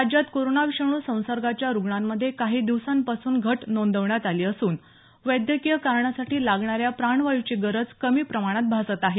राज्यात कोरोना विषाणू संसर्गाच्या रुग्णांमधे काही दिवसांपासून घट नोंदवण्यात आली असून वैद्यकीय कारणासाठी लागणाऱ्या प्राणवायूची गरज कमी प्रमाणात भासत आहे